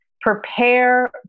Prepare